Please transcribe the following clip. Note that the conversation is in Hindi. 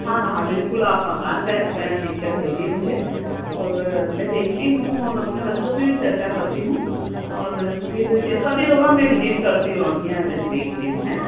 हाँ हाँ बिल्कुल आप मकान का एक पिक्चर भेजिए मुझे और मैं देखती हूँ और अपने बच्चों से भी चर्चा करती हूँ और फिर जैसा भी होगा मैं विजिट करती हूँ आपके यहाँ देखती हूँ है न